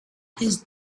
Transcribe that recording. his